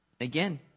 Again